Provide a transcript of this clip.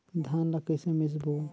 धान ला कइसे मिसबो?